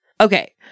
Okay